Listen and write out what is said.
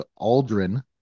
aldrin